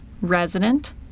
resident